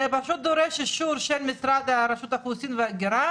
זה פשוט דורש אישור של רשות האוכלוסין וההגירה,